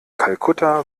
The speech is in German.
kalkutta